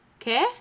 okay